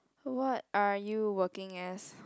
what are you working as